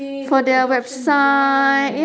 for the adoption drive